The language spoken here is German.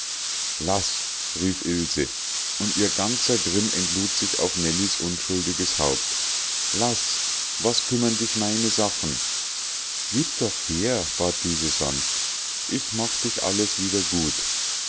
laß rief ilse und ihr ganzer grimm entlud sich auf nellies unschuldiges haupt laß was kümmern dich meine sachen gieb doch her bat diese sanft ich mach dich alles wieder gut